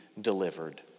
delivered